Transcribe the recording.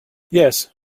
yes